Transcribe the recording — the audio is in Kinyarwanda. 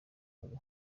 ngo